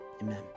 Amen